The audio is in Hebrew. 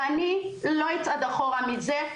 ואני לא אצעד אחורה מזה.